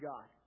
God